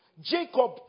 jacob